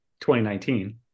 2019